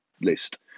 list